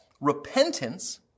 repentance